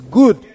good